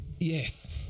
Yes